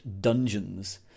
Dungeons